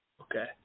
Okay